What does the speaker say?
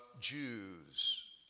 Jews